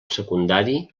secundari